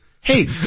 Hey